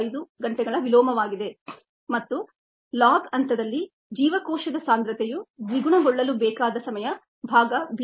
5 ಗಂಟೆಗಳ ವಿಲೋಮವಾಗಿದೆ ಮತ್ತು ಲಾಗ್ ಹಂತದಲ್ಲಿ ಜೀವಕೋಶದ ಸಾಂದ್ರತೆಯು ದ್ವಿಗುಣಗೊಳ್ಳಲು ಬೇಕಾದ ಸಮಯ ಭಾಗ ಬಿ